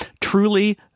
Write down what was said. truly